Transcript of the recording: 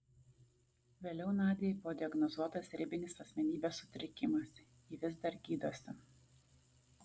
vėliau nadiai buvo diagnozuotas ribinis asmenybės sutrikimas ji vis dar gydosi